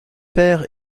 pères